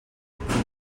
aquí